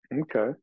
Okay